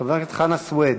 חבר הכנסת חנא סוייד,